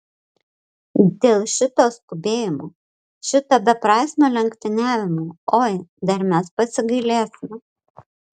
dėl šito skubėjimo šito beprasmio lenktyniavimo oi dar mes pasigailėsime